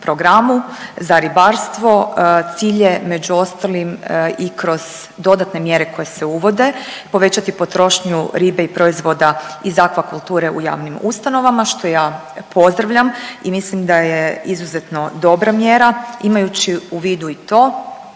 za ribarstvo cilj je među ostalim i kroz dodatne mjere koje se uvode povećati potrošnju ribe i proizvoda iz akvakulture u javnim ustanovama što ja pozdravljam i mislim da je izuzetno dobra mjera. Imajući u vidu i to